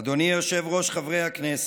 אדוני היושב-ראש, חברי הכנסת,